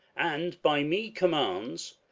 and by me commands,